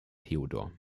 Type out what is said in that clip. theodor